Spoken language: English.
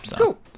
Cool